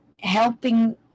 helping